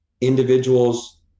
individuals